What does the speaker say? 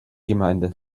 gemeinde